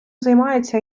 займається